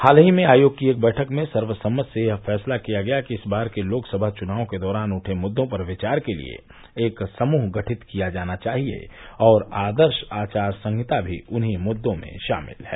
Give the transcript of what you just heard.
हाल ही में आयोग की एक वैठक में सर्वसम्मति से यह फैसला किया गया कि इस बार के लोकसभा चुनाव के दौरान उठे मुद्दों पर विचार के लिए एक समूह गठित किया जाना चाहिए और आदर्श आचार संहिता भी उन्हीं मुद्दों में शामिल है